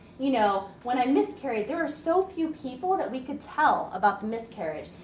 you know when i miscarried there were so few people that we could tell about the miscarriage.